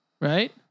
Right